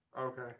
Okay